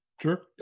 Sure